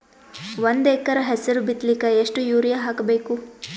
ಒಂದ್ ಎಕರ ಹೆಸರು ಬಿತ್ತಲಿಕ ಎಷ್ಟು ಯೂರಿಯ ಹಾಕಬೇಕು?